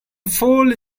full